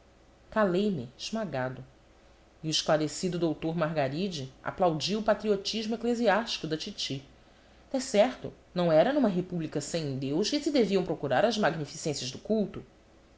calei-me esmagado e o esclarecido doutor margaride aplaudiu o patriotismo eclesiástico da titi decerto não era numa república sem deus que se deviam procurar as magnificências do culto